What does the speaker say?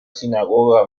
sinagoga